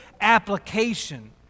application